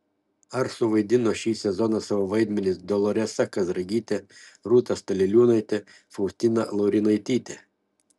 ar suvaidino šį sezoną savo vaidmenis doloresa kazragytė rūta staliliūnaitė faustina laurinaitytė